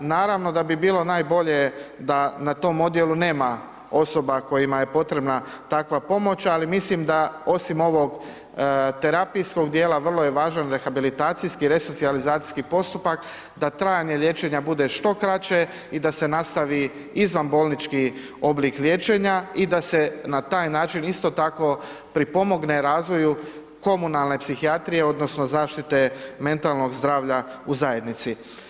Naravno, da bi bilo najbolje da na tom odjelu nema osoba kojima je potrebna takva pomoć, ali mislim da osim ovog terapijskog dijela, vrlo je važan rehabilizacijski, resocijalizacijski postupak, da trajanje liječenja bude što kraće i da se nastavi izvanbolnički oblik liječenja i da se na taj način isto tako pripomogne razvoju komunalne psihijatrije odnosno zaštite mentalnog zdravlja u zajednici.